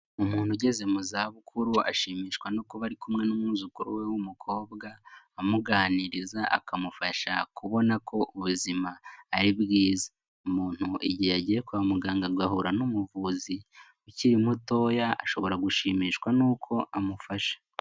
Umuntu ugeze mu zabukuru ashimishwa no kuba ari kumwe n'umwuzukuru we w'umukobwa amuganiriza, akamufasha kubona ko ubuzima ari bwiza. Umuntu igihe yagiye kwa muganga agahura n'umuvuzi ukiri mutoya, ashobora gushimishwa n'uko amufasha.